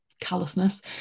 callousness